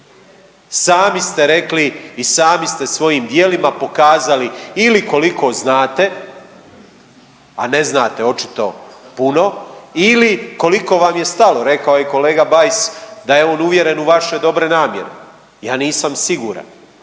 Sami ste rekli i sami ste svojim djelima pokazali ili koliko znate, a ne znate očito puno ili koliko vam je stalo, rekao je kolega Bajs da je on uvjeren u vaše dobre namjere. Ja nisam siguran